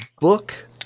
book